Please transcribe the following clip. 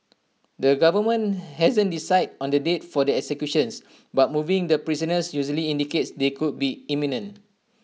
the government hasn't decided on the date for the executions but moving the prisoners usually indicates they could be imminent